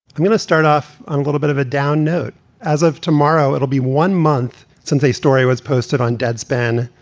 i'm going to start off on a little bit of a down note as of tomorrow. it'll be one month since a story was posted on deadspin,